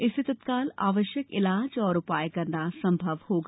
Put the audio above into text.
इससे तत्काल आवश्यक इलाज और उपाय करना संभव होगा